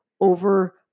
over